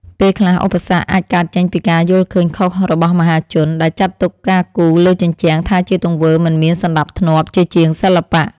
ពេលខ្លះ ឧបសគ្គអាចកើតចេញពីការយល់ឃើញខុសរបស់មហាជន ដែលចាត់ទុកការគូរលើជញ្ជាំងថាជាទង្វើមិនមានសណ្ដាប់ធ្នាប់ ជាជាងសិល្បៈ។